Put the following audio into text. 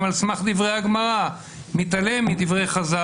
על סמך דברי הגמרא: מתעלם מדברי חז"ל,